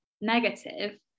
negative